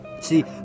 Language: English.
See